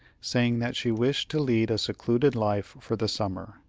saying that she wished to lead a secluded life for the summer